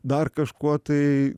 dar kažkuo tai